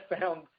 found